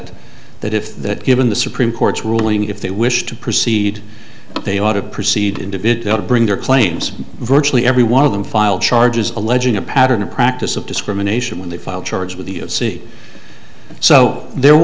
it that if that given the supreme court's ruling if they wish to proceed they ought to proceed individual to bring their claims virtually every one of them filed charges alleging a pattern of practice of discrimination when they file charges with the of c so there